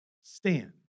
stand